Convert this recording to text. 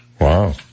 Wow